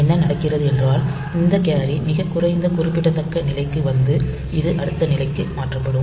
என்ன நடக்கிறது என்றால் இந்த கேரி மிகக் குறைந்த குறிப்பிடத்தக்க நிலைக்கு வந்து இது அடுத்த நிலைக்கு மாற்றப்படும்